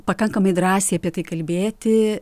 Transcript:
pakankamai drąsiai apie tai kalbėti